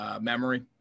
memory